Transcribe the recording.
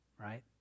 right